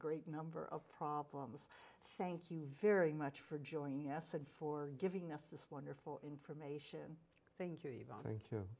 great number of problems thank you very much for joining us and for giving us this wonderful information think you even thank